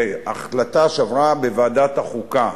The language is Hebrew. בהחלטה שעברה בוועדת החוקה.